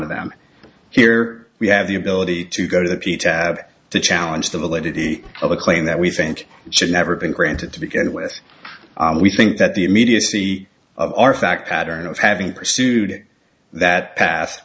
of them here we have the ability to go to the peter to challenge the validity of a claim that we think should never been granted to begin with we think that the immediacy of our fact pattern of having pursued that path